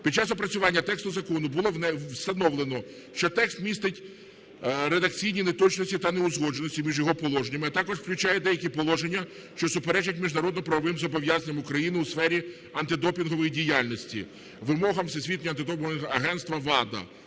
Під час опрацювання тексту закону було встановлено, що текст містить редакційні неточності та неузгодженості між його положеннями, а також включає деякі положення, що суперечать міжнародно-правовим зобов'язанням України у сфері антидопінгової діяльності, вимогам всесвітнього антидопінгового агентства ВАДА.